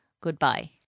Goodbye